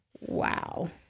Wow